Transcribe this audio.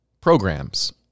programs